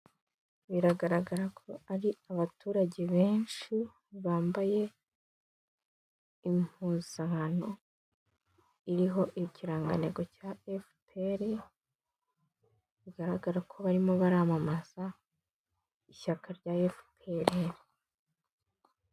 Biragaragara ko ari abaturage benshi, bambaye impuzankano iriho ikirangantego cya Efuperi, bigaragara ko barimo baramamaza ishyaka rya Efuperi.